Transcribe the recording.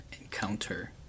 Encounter